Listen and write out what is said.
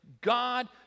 God